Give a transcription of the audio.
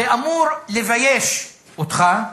זה אמור לבייש אותך,